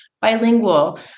bilingual